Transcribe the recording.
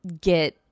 get